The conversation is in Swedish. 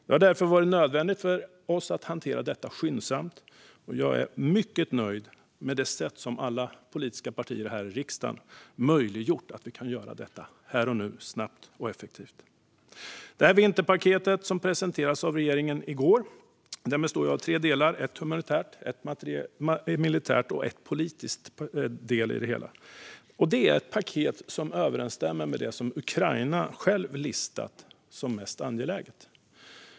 Det har därför varit nödvändigt för oss att hantera detta ärende skyndsamt. Jag är mycket nöjd med det sätt på vilket alla politiska partier i riksdagen har möjliggjort detta, här och nu, snabbt och effektivt. Det vinterpaket som i går presenterades av regeringen består av tre delar: en humanitär, en militär och en politisk. Det är ett paket som överensstämmer med det som Ukraina självt har listat som mest angeläget.